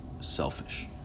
selfish